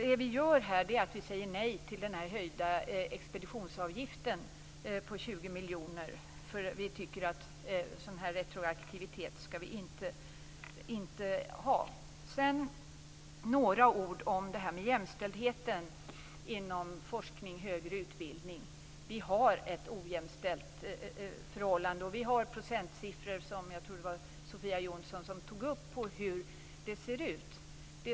Vad vi här gör är att vi säger nej till en höjd expeditionsavgift på 20 miljoner kronor Vi tror nämligen inte att vi skall ha en sådan retroaktivitet. Sedan vill jag säga några ord om jämställdheten inom forskning och högre utbildning. Här finns ett ojämställt förhållande. Vi har procentsiffror på, jag tror att det var Sofia Jonsson som tog upp den saken, hur det ser ut.